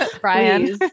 Brian